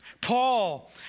Paul